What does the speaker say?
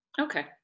Okay